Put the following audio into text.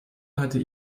hatte